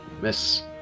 miss